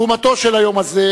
תרומתו של היום הזה,